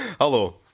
Hello